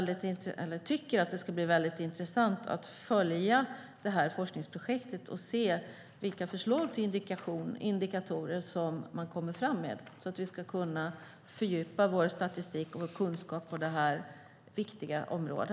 Det ska bli intressant att följa forskningsprojektet och se vilka förslag till indikatorer man kommer fram med så att vi kan fördjupa vår statistik och vår kunskap på detta viktiga område.